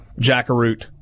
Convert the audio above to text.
Jackaroot